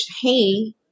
hey